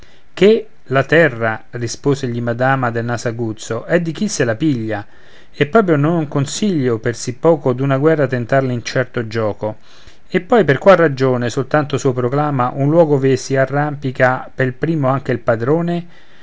che la terra risposegli madama dal naso aguzzo è di chi se la piglia e proprio non consiglio per sì poco d'una guerra tentar l'incerto gioco e poi per qual ragione soltanto suo proclama un luogo ove si arrampica pel primo anche il padrone